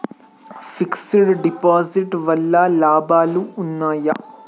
Fix డ్ deposit వల్ల లాభాలు ఉన్నాయి?